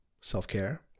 Self-Care